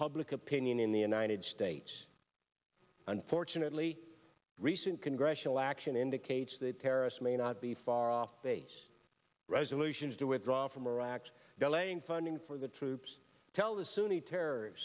public opinion in the united states unfortunately recent congressional action indicates that terrorists may not be far off base resolutions to withdraw from iraq delaying funding for the troops tell the sunni terror